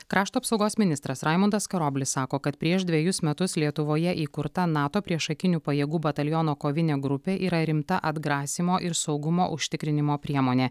krašto apsaugos ministras raimundas karoblis sako kad prieš dvejus metus lietuvoje įkurta nato priešakinių pajėgų bataliono kovinė grupė yra rimta atgrasymo ir saugumo užtikrinimo priemonė